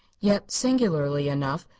yet, singularly enough,